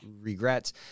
regrets